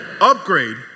Upgrade